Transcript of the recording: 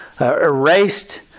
erased